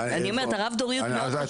אני אומרת, הרב דוריות מאוד חשובה.